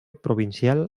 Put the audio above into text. provincial